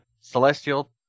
celestial